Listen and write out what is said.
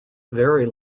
very